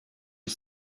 you